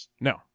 No